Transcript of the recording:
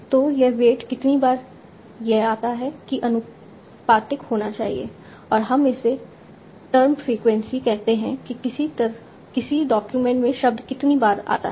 तो यह वेट कितनी बार यह आता है की आनुपातिक होना चाहिए और हम इसे टर्म फ्रीक्वेंसी कहते हैं कि किसी डॉक्यूमेंट में शब्द कितनी बार आता है